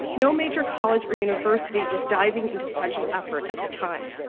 no major college or university was diving into such an effort at the time.